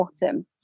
bottom